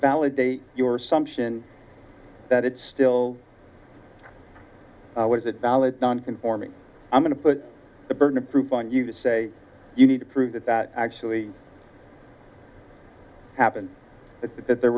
validate your sumption that it's still what is it valid non conforming i'm going to put the burden of proof on you to say you need to prove that that actually happened that there